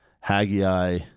Haggai